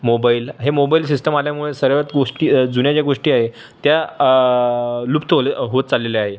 mobile हे mobile system आल्यामुळे सगळ्यात गोष्टी जुन्या ज्या गोष्टी आहे त्या लुप्त होल्या होत चाललेल्या आहे